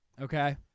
okay